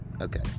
okay